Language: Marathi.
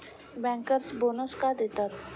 बँकर्स बोनस का देतात?